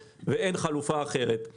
לי אין כוונה לקחת אחריות על זה.